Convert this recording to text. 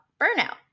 burnout